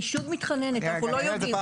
אני שוב מתחננת, אנחנו לא יודעים.